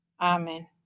Amen